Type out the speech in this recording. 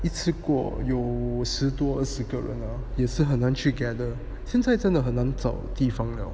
一次过有五十多二十个人啊也是很难去 gather 现在真的很难找地方了